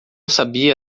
sabia